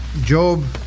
Job